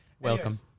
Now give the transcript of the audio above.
Welcome